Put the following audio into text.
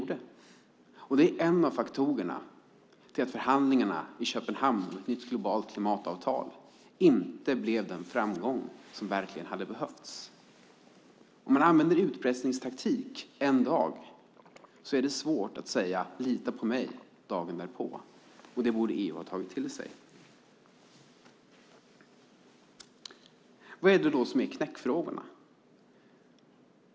Det är en av faktorerna till att förhandlingarna i Köpenhamn om ett nytt globalt klimatavtal inte blev den framgång som verkligen skulle ha behövts. Om man använder utpressningstaktik en dag är det svårt att säga "Lita på mig" dagen därpå. Det borde EU ha tagit till sig. Vad är det då som är knäckfrågorna?